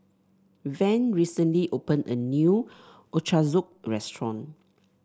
Van recently open a new Ochazuke restaurant